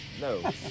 No